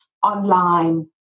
online